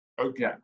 okay